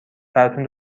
براتون